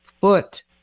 foot